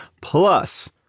Plus